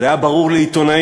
זה היה ברור לעיתונאים,